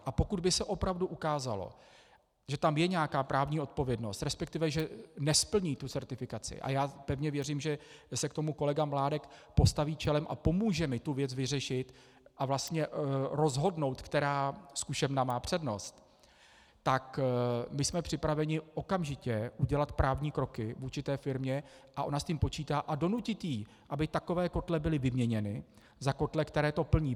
A pokud by se opravdu ukázalo, že tam je nějaká právní odpovědnost, resp. že nesplní tu certifikaci, a já pevně věřím, že se k tomu kolega Mládek postaví čelem a pomůže mi tu věc vyřešit a vlastně rozhodnout, která zkušebna má přednost, tak my jsme připraveni okamžitě udělat právní kroky vůči té firmě a ona s tím počítá a donutit ji, aby takové kotle byly vyměněny za kotle, které to plní.